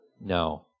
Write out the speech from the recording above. No